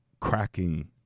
cracking